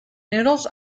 noodles